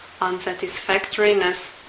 unsatisfactoriness